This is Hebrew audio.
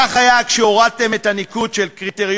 כך היה כשהורדתם את הניקוד של קריטריון